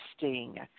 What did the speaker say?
interesting